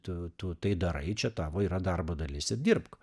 tu tu tai darai čia tavo yra darbo dalis ir dirbk